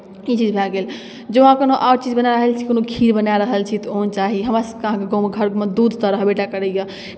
ई चीज भए गेल जँ अहाँ कोनो आओर चीज बना रहल छी कोनो खीर बना रहल छी तऽ ओहिमे चाही हमरसभके अहाँके गाँव घरमे दूध तऽ रहबे टा करैए